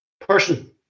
person